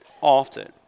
often